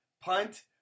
punt